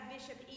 Bishop